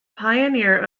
pioneer